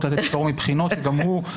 נא לתת ליועץ המשפטי להמשיך בדבריו.